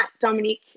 Dominique